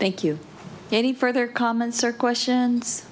thank you any further comments or questions